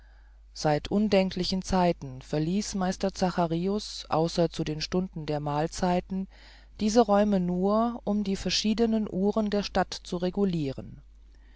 seit undenklichen zeiten verließ meister zacharius außer zu den stunden der mahlzeiten diese räume nur um die verschiedenen uhren der stadt zu reguliren